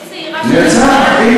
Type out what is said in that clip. יש צעירה, נרצח.